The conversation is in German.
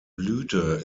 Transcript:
blüte